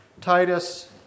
Titus